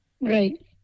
Right